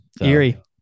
Eerie